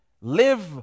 live